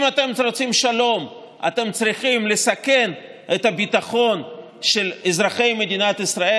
אם אתם רוצים שלום אתם צריכים לסכן את הביטחון של אזרחי מדינת ישראל,